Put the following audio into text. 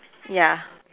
ya